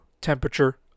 temperature